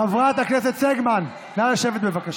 חברת הכנסת סגמן, נא לשבת, בבקשה.